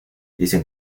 dicen